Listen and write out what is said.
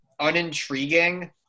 unintriguing